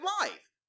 life